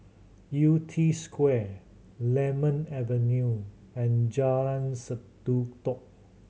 Yew Tee Square Lemon Avenue and Jalan Sendudok